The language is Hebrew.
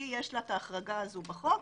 כי יש לה את ההחרגה הזו בחוק,